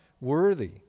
worthy